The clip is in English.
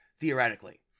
theoretically